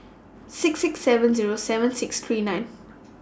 six six seven Zero seven six three nine